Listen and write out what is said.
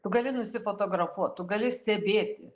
tu gali nusifotografuot tu gali stebėti